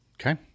Okay